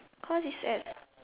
cause it's at